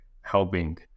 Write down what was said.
helping